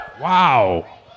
Wow